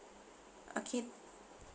okay